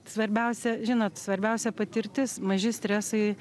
svarbiausia žinot svarbiausia patirtis maži stresai